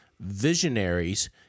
visionaries